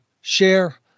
Share